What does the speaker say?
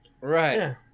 Right